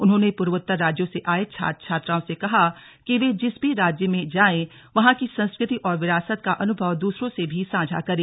उन्होंने पूर्वोत्तर राज्यों से आये छात्र छात्राओं से कहा कि वे जिस भी राज्य में जाए वहां की संस्कृति और विरासत का अनुभव दूसरों से भी साझा करें